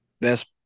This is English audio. best